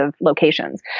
locations